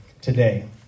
today